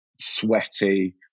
sweaty